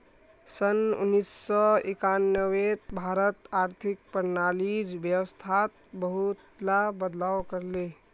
सन उन्नीस सौ एक्यानवेत भारत आर्थिक प्रणालीर व्यवस्थात बहुतला बदलाव कर ले